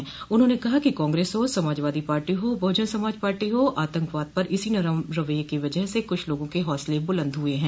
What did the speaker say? प्रधानमंत्री न कहा कि कांग्रेस हो समाजवादी पार्टी हो बहुजन समाज पार्टी हो आतंकवाद पर इसी नरम रवैये की वजह से कुछ लोगों के हौसले बुलंद हुए हैं